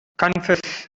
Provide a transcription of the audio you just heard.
confess